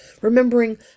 remembering